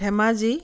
Dhemaji